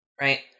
right